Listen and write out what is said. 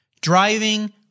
driving